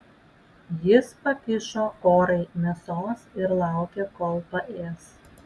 jis pakišo korai mėsos ir laukė kol paės